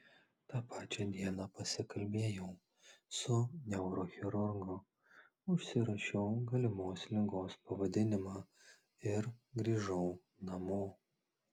tą pačią dieną pasikalbėjau su neurochirurgu užsirašiau galimos ligos pavadinimą ir grįžau namo